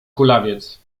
kulawiec